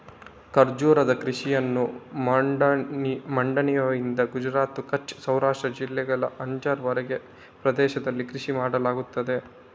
ಖರ್ಜೂರದ ಕೃಷಿಯನ್ನು ಮಾಂಡವಿಯಿಂದ ಗುಜರಾತ್ನ ಕಚ್ ಸೌರಾಷ್ಟ್ರ ಜಿಲ್ಲೆಗಳ ಅಂಜಾರ್ ವರೆಗಿನ ಪ್ರದೇಶದಲ್ಲಿ ಕೃಷಿ ಮಾಡಲಾಗುತ್ತದೆ